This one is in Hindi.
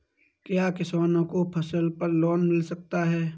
क्या किसानों को फसल पर लोन मिल सकता है?